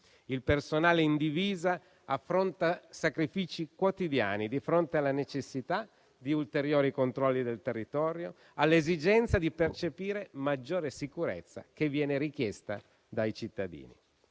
Il personale in divisa affronta sacrifici quotidiani di fronte alla necessità di ulteriori controlli del territorio e all'esigenza di percepire maggiore sicurezza che viene richiesta dai cittadini.